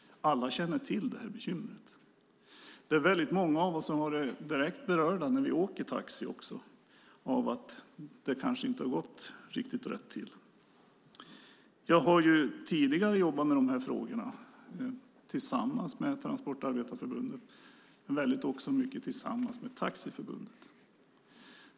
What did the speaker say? Alla känner till bekymret. Många av oss är direkt berörda när vi åker taxi. Det har kanske inte gått riktigt rätt till. Jag har tidigare jobbat med dessa frågor tillsammans med Transportarbetareförbundet och Taxiförbundet.